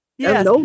Yes